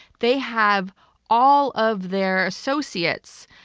they have all of their associates,